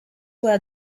where